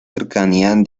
cercanías